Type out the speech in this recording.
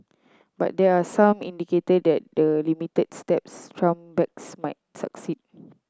but there are some indicator that the limited steps Trump backs might succeed